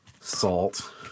salt